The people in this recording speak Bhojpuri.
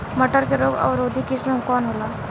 मटर के रोग अवरोधी किस्म कौन होला?